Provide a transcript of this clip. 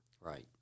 Right